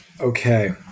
Okay